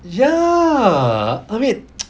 ya I mean